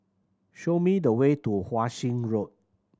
show me the way to Wan Shih Road